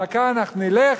ובדרכה אנחנו נלך,